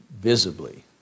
visibly